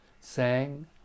sang